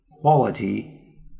quality